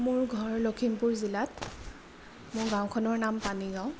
মোৰ ঘৰ লখিমপুৰ জিলাত মোৰ গাওঁখনৰ নাম পানীগাঁও